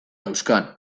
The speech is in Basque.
dauzkan